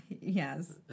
Yes